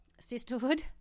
sisterhood